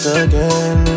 again